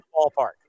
ballpark